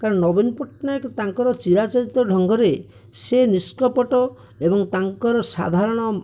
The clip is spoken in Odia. କାରଣ ନବୀନ ପଟ୍ଟନାୟକ ତାଙ୍କର ଚିରାଚରିତ ଢଙ୍ଗରେ ସେ ନିଷ୍କପଟ ଏବଂ ତାଙ୍କର ସାଧାରଣ